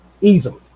Easily